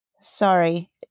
Sorry